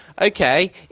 okay